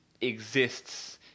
Exists